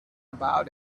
about